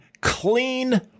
clean